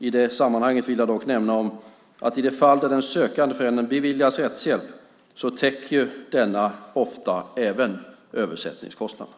I detta sammanhang vill jag dock nämna att i de fall där den sökande föräldern beviljas rättshjälp täcker denna ofta även översättningskostnader.